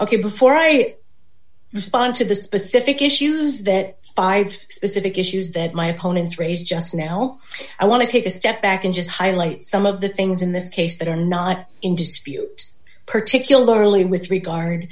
ok before i respond to the specific issues that i've specific issues that my opponents raised just now i want to take a step back and just highlight some of the things in this case that are not in dispute particularly with regard